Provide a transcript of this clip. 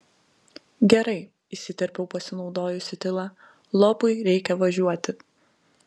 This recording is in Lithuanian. gerai įsiterpiau pasinaudojusi tyla lopui reikia važiuoti